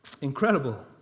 Incredible